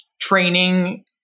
training